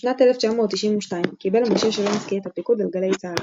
בשנת 1992 קיבל משה שלונסקי את הפיקוד על גלי צה"ל.